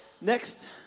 Next